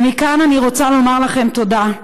ומכאן אני רוצה לומר לכם תודה,